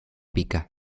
pica